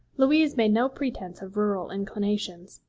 louise made no pretence of rural inclinations,